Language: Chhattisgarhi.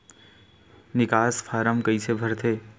निकास फारम कइसे भरथे?